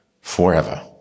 forever